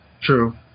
True